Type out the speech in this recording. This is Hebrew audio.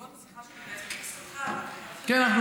בעקבות השיחה שאני מנהלת עם משרדך כן,